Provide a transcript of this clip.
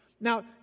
Now